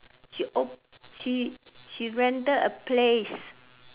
she rented a place